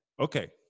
Okay